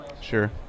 Sure